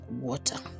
water